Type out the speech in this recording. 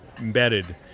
embedded